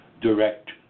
direct